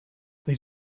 they